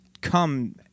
come